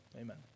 amen